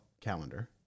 calendar